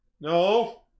No